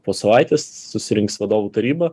po savaitės susirinks vadovų taryba